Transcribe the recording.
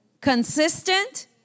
consistent